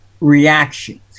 reactions